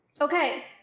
Okay